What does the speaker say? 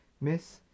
Miss